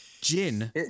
gin